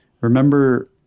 remember